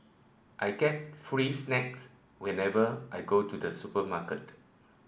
I get free snacks whenever I go to the supermarket